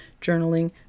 journaling